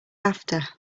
after